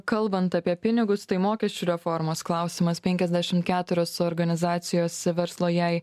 kalbant apie pinigus tai mokesčių reformos klausimais penkiasdešimt keturios organizacijos verslo jai